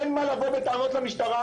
אין מה לבוא בטענות למשטרה,